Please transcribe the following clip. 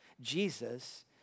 Jesus